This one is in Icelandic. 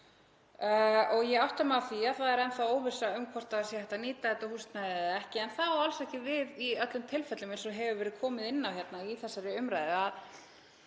Ég átta mig á því að það er enn þá óvissa um hvort það sé hægt að nýta þetta húsnæði eða ekki en það á alls ekki við í öllum tilfellum, eins og hefur verið komið inn á í þessari umræðu.